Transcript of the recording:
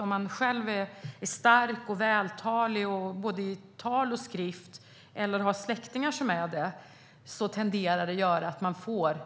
Om man själv är stark och vältalig i både tal och skrift eller har släktingar som är det tenderar det att göra att man får